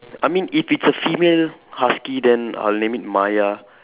I mean if it's a female husky then I'll name it Maya